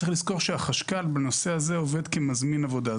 צריך לזכור שהחשכ"ל בנושא הזה עובד כמזמין עבודה.